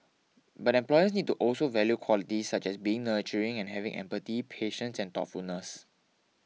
but employers need to also value qualities such as being nurturing and having empathy patience and thoughtfulness